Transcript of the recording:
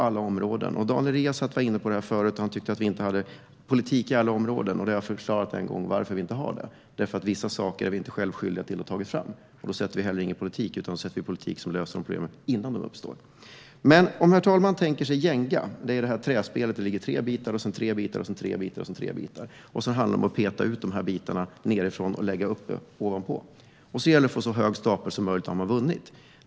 Daniel Riazat var inne på det här förut och tyckte att vi inte hade politik på alla områden. Jag har förklarat en gång varför vi inte har det, och det är för att vissa saker är vi inte själva skyldiga till att ha tagit fram. Då har vi heller ingen politik för det, utan då har vi hellre en politik som löser problemen innan de uppstår. Om herr talmannen tänker sig Jenga, träspelet där man staplar tre bitar i taget, handlar det om att peta ut de här bitarna nedifrån, lägga dem ovanpå och få en så hög stapel som möjligt, och då har man vunnit.